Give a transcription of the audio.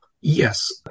Yes